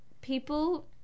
people